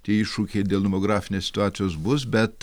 tie iššūkiai dėl demografinės situacijos bus bet